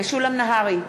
משולם נהרי,